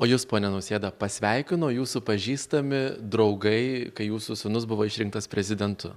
o jus pone nausėda pasveikino jūsų pažįstami draugai kai jūsų sūnus buvo išrinktas prezidentu